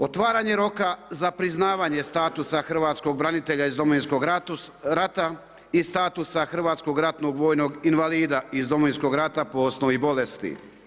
Otvaranje roka za priznavanje statusa hrvatskog branitelja iz Domovinskog rata i statusa hrvatskog ratnog vojnog invalida iz Domovinskog rata po osnovi bolesti.